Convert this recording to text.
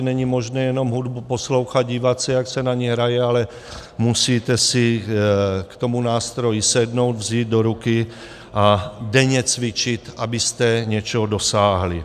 Není možné jenom hudbu poslouchat, dívat se, jak se na něj hraje, ale musíte si k tomu nástroji sednout, vzít do ruky a denně cvičit, abyste něčeho dosáhli.